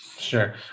Sure